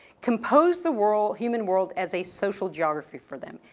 composed the world, human world as a social geography for them.